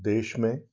देश में